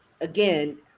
again